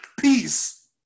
peace